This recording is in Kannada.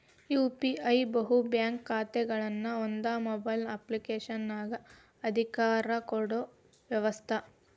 ಯು.ಪಿ.ಐ ಬಹು ಬ್ಯಾಂಕ್ ಖಾತೆಗಳನ್ನ ಒಂದ ಮೊಬೈಲ್ ಅಪ್ಲಿಕೇಶನಗ ಅಧಿಕಾರ ಕೊಡೊ ವ್ಯವಸ್ತ